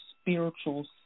spiritual